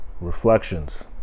Reflections